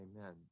amen